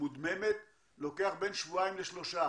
אני מדבר על מצב שיש לנו בעיה באספקה של הגז הטבעי.